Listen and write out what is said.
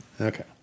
okay